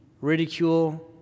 ridicule